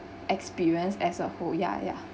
experience as a whole ya ya